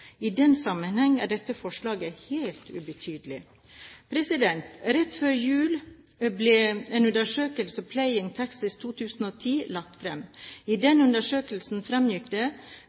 dette forslaget helt ubetydelig. Rett før jul ble undersøkelsen «Paying Taxes 2010» lagt fram. I denne undersøkelsen fremgikk det,